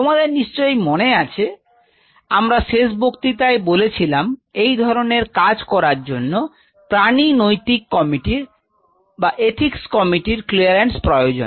তোমাদের নিশ্চয়ই মনে আছে আমরা শেষ বক্তৃতায় বলেছিলাম এই ধরনের কাজ করার জন্য প্রাণী নৈতিক কমিটির ক্লিয়ারেন্স প্রয়োজন